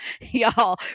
y'all